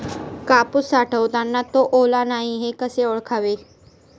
कापूस साठवताना तो ओला नाही हे कसे ओळखावे?